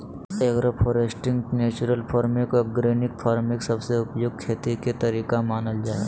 agro foresting, natural farming, organic farming सबसे उपयुक्त खेती के तरीका मानल जा हय